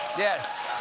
yes!